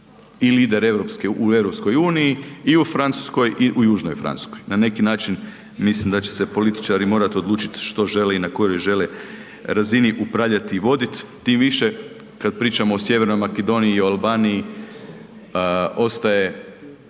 i lider u EU i u Francuskoj i u južnoj Francuskoj. Na neki način mislim da će se političari morati odlučiti što žele i na kojoj žele razini upravljati i voditi. Tim više kad pričamo o Sjevernoj Makedoniji i Albaniji ostaje